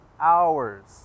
hours